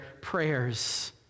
prayers